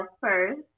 first